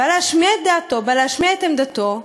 בא להשמיע את דעתו, בא להשמיע את עמדתו.